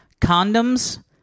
Condoms